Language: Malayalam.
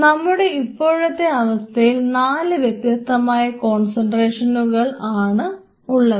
നമ്മുടെ ഇപ്പോഴത്തെ ആണ് ഉള്ളത്